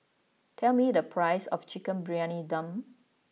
tell me the price of Chicken Briyani Dum